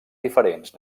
diferents